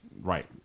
Right